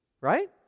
Right